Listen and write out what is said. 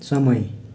समय